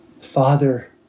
Father